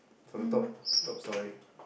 for the top top storey